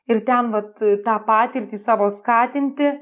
ir ten vat tą patirtį savo skatinti